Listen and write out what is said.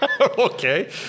Okay